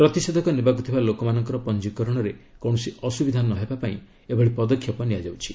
ପ୍ରତିଷେଧକ ନେବାକୁ ଥିବା ଲୋକମାନଙ୍କର ପଞ୍ଜିକରଣରେ କୌଣସି ଅସୁବିଧା ନହେବା ପାଇଁ ଏଭଳି ପଦକ୍ଷେପ ନିଆଯିବ